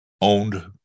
owned